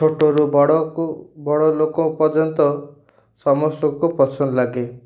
ଛୋଟରୁ ବଡ଼କୁ ବଡ଼ ଲୋକ ପର୍ଯ୍ୟନ୍ତ ସମସ୍ତଙ୍କୁ ପସନ୍ଦ ଲାଗେ